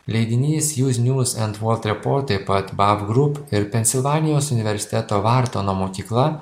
leidinys jūs njūz end wort report taip pat bab group ir pensilvanijos universiteto bartono mokykla